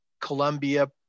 Colombia